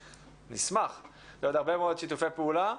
ונשמח לעוד הרבה מאוד שיתופי פעולה.